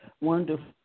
Wonderful